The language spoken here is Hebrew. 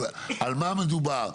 על מה מדובר?